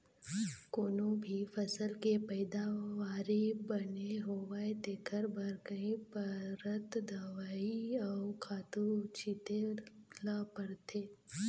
कोनो भी फसल के पइदावारी बने होवय तेखर बर कइ परत दवई अउ खातू छिते ल परथे